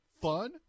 fun